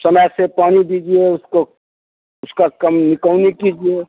समय से पानी दीजिए उसको उसका कम कउनी कीजिए